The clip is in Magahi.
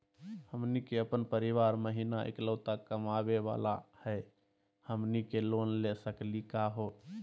हमनी के अपन परीवार महिना एकलौता कमावे वाला हई, हमनी के लोन ले सकली का हो?